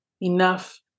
enough